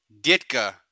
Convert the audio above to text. Ditka